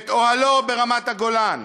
את "אוהלו" ברמת-הגולן,